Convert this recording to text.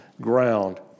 ground